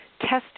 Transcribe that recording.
testing